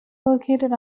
located